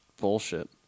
bullshit